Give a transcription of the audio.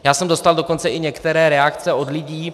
Já jsem dostal dokonce i některé reakce od lidí.